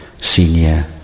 senior